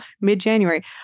mid-January